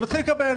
הוא מתחיל לקבל,